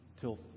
till